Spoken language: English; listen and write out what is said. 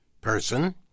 person